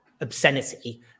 obscenity